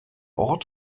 ort